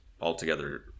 altogether